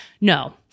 No